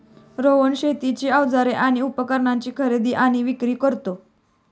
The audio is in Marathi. रोहन शेतीची अवजारे आणि उपकरणाची खरेदी आणि विक्री करतो